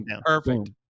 perfect